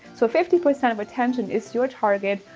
so fifty percent of attention is your target.